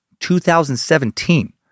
2017